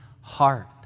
heart